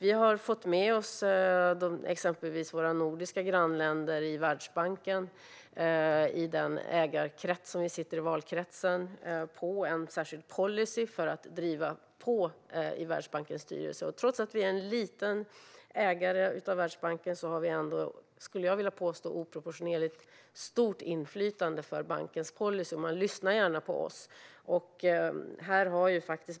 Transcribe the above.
I den ägarkrets - valkrets - i Världsbanken som vi sitter i har vi fått med oss exempelvis våra nordiska grannländer på en särskild policy för att driva på i Världsbankens styrelse. Vi är en liten ägare av Världsbanken, men vi har oproportionerligt stort inflytande på bankens policy, skulle jag vilja påstå. Man lyssnar gärna på oss.